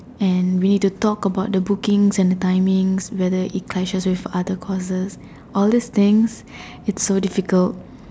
and we need to talk about the bookings and the timings whether it clashes with other courses all these things it's so difficult